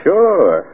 Sure